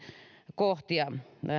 kohtia